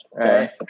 Okay